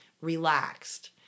Relaxed